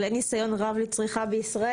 של אין ניסיון רב של צריכה בישראל.